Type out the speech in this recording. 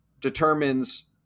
determines